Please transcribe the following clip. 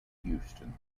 houston